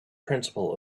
principle